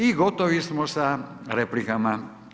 I gotovi smo sa replikama.